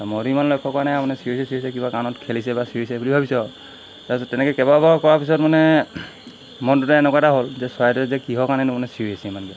মইতো ইমান লক্ষ্য কাৰণে নাই আৰু চিঞৰিছে চিঞৰিছে কিবা কাৰণত খেলিছে বা চিঞৰিছে বুলি ভাবিছোঁ আৰু তাৰপিছত তেনেকৈ কেইবাবাৰো কৰাৰ পিছত মানে মনটোতে এনেকুৱা এটা হ'ল যে চৰাইটোৱে যে কিহৰ কাৰণে মানে চিঞৰি আছে ইমানকৈ